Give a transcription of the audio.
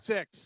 Six